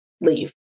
leave